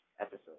episode